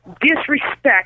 disrespect